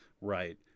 right